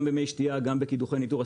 גם במי שתייה וגם בקידוחי ניטור,